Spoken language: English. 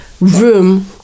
room